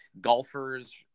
golfers